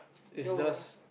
then what about